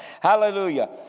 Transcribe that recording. hallelujah